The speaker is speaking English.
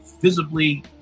visibly